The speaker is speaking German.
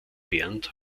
bernd